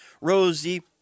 rosie